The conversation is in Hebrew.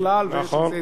וזה גם היה במשא-ומתן,